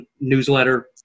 Newsletter